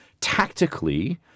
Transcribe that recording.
tactically